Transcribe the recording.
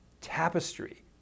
tapestry